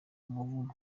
umuvumo